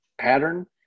pattern